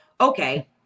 okay